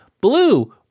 blue